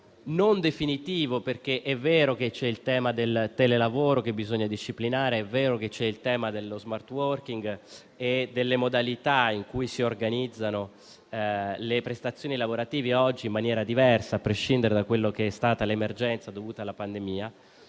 di riflessione. È vero che c'è il tema del telelavoro, che bisogna disciplinare; è vero che c'è il tema dello *smart working* e delle modalità in cui si organizzano le prestazioni lavorative, oggi in maniera diversa a prescindere da quello che è stata l'emergenza dovuta alla pandemia,